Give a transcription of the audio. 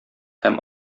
һәм